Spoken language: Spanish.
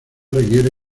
requiere